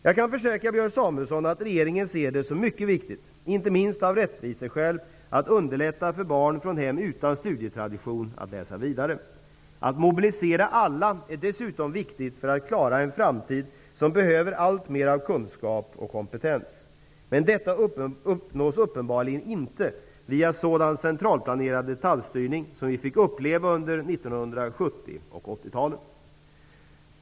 Jag kan försäkra Björn Samuelson att regeringen ser det som mycket viktigt, inte minst av rättviseskäl, att underlätta för barn från hem utan studietradition att läsa vidare. Att mobilisera alla är dessutom viktigt för att klara en framtid som behöver alltmer av kunskap och kompetens. Men detta uppnås uppenbarligen inte via sådan centralplanerad detaljstyrning som vi fick uppleva under 1970 och 80-talen.